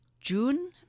June